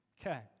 Okay